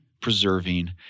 preserving